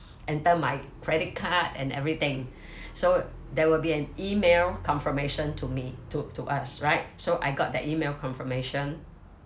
enter my credit card and everything so there will be an email confirmation to me to to us right so I got that email confirmation